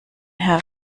herr